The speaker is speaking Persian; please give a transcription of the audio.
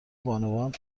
بانوان